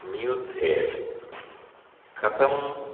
नियुद्धे कथं